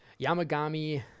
Yamagami